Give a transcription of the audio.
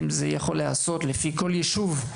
אם זה יכול להיעשות לפי כל ישוב,